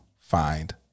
find